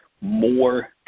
more